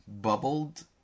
bubbled